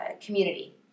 community